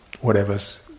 whatever's